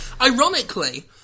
Ironically